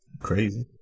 Crazy